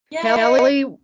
Kelly